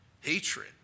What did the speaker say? hatred